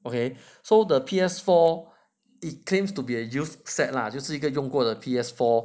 okay so the P_S four it claims to be a used set lah 就是一个用过的 P_S four